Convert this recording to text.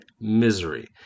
misery